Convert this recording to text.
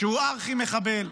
שהוא ארכי-מחבל,